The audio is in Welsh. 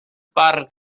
barn